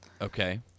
okay